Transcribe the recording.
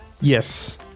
Yes